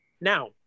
Now